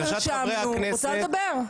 נרשמנו, אני רוצה לדבר.